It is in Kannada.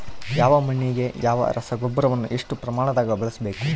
ಯಾವ ಮಣ್ಣಿಗೆ ಯಾವ ರಸಗೊಬ್ಬರವನ್ನು ಎಷ್ಟು ಪ್ರಮಾಣದಾಗ ಬಳಸ್ಬೇಕು?